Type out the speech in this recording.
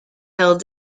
held